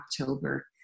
october